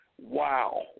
Wow